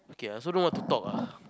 okay I also don't want to talk ah